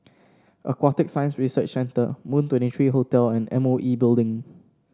Aquatic Science Research Centre Moon Twenty three Hotel and M O E Building